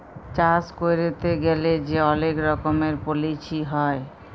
চাষ ক্যইরতে গ্যালে যে অলেক রকমের পলিছি হ্যয়